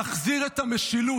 נחזיר את המשילות.